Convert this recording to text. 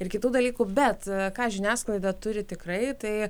ir kitų dalykų bet ką žiniasklaida turi tikrai tai